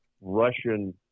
Russian